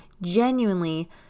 genuinely